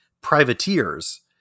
privateers